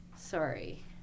sorry